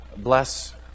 Bless